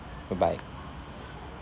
goodbye